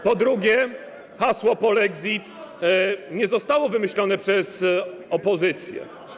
Po drugie, hasło polexit nie zostało wymyślone przez opozycję.